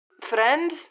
Friend